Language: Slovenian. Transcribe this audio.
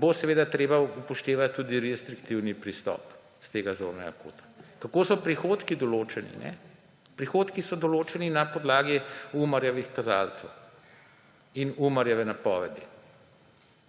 bo treba upoštevati tudi restriktivni pristop s tega zornega kota. Kako so prihodki določeni? Prihodki so določeni na podlagi Umarjevih kazalcev in Umarjeve napovedi.